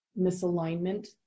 misalignment